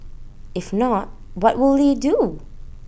if not what will they do